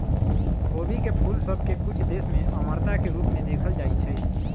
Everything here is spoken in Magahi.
खोबी के फूल सभ के कुछ देश में अमरता के रूप में देखल जाइ छइ